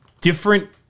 different